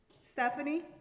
Stephanie